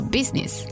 Business